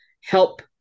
help